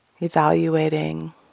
evaluating